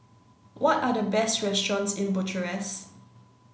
what are the best restaurants in Bucharest